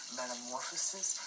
metamorphosis